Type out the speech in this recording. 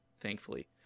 thankfully